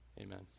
Amen